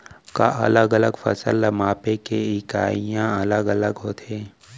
का अलग अलग फसल ला मापे के इकाइयां अलग अलग होथे?